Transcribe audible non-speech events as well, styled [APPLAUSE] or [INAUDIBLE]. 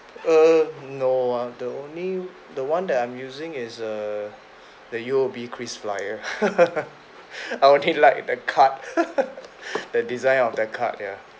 uh no ah the only the one that I'm using is err the U_O_B krisflyer [LAUGHS] I only like the card [LAUGHS] [BREATH] the design of the card ya